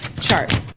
chart